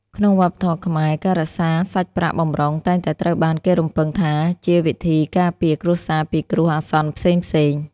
ក្នុងវប្បធម៌ខ្មែរ ការរក្សាសាច់ប្រាក់បម្រុងតែងតែត្រូវបានគេរំពឹងថាជាវិធីការពារគ្រួសារពីគ្រោះអាសន្នផ្សេងៗ។